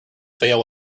fail